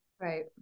Right